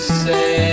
say